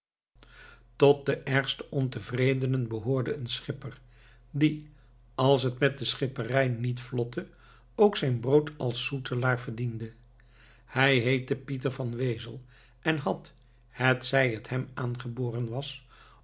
tot de ergste ontevredenen behoorde een schipper die als het met de schipperij niet vlotte ook zijn brood als zoetelaar verdiende hij heette pieter van wezel en had hetzij het hem aangeboren was